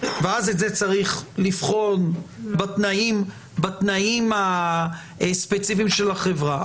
ואז את זה צריך לבחון בתנאים הספציפיים של החברה,